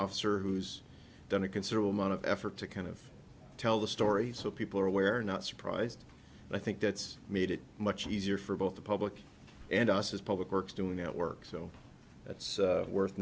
officer who's done a considerable amount of effort to kind of tell the story so people are aware not surprised and i think that's made it much easier for both the public and us as public works doing that work so that's worth